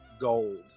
gold